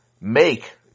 make